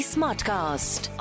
Smartcast